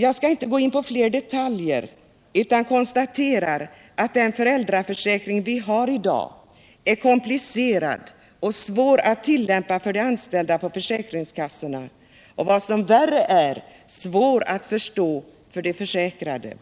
Jag skall inte nu gå in på fler detaljer utan konstaterar att den föräldraförsäkring vi har i dag är komplicerad och svår att tillämpa för de anställda på försäkringskassorna och — vad som är än värre — svår att förstå för de försäkrade.